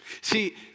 See